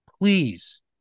please